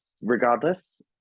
regardless